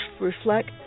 reflect